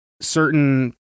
Certain